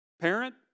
parent